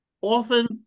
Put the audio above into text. often